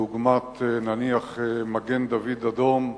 דוגמת, נניח, מגן-דוד-אדום,